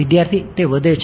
વિદ્યાર્થી તે વધે છે